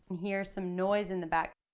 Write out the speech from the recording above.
hear some noise in the back